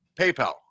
PayPal